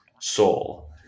soul